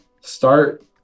start